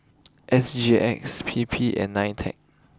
S G X P P and Nitec